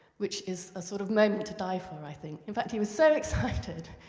which is a sort of moment to die for, i think. in fact he was so excited,